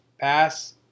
pass